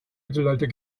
mittelalter